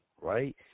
right